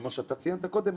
כמו שציינת קודם,